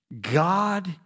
God